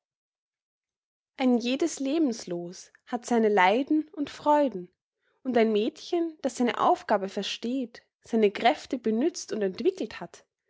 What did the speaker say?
ein jedes lebensloos hat seine leiden und freuden und ein mädchen das seine aufgabe versteht seine kräfte benützt und entwickelt hat